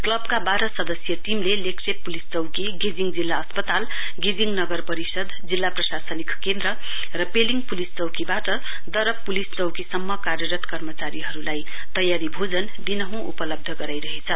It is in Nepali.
क्लबका बाह्र सदस्यीय टीमले लेग्शेप पुलिस चौकी गेजिङ जिल्ला अस्पताल गेजिङ नगर परिषद जिल्ला प्रशासनिक केन्द्र र पेलिङ पुलिस चौकीदेखि दरप पुलिस चौकीसम्म कार्यरत कर्मचारीहरुलाई तयारी भोजन दिनहूँ उपलब्ध गराइरहेछ